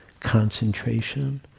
concentration